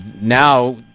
now